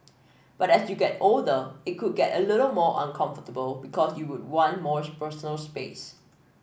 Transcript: but as you get older it could get a little more uncomfortable because you would want more personal space